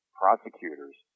prosecutors